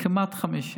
כמעט 50,